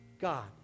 God